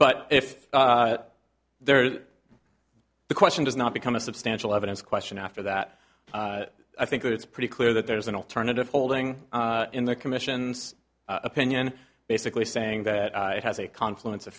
but if there the question does not become a substantial evidence question after that i think that it's pretty clear that there is an alternative holding in the commission's opinion basically saying that it has a confluence of